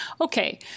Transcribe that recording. okay